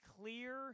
clear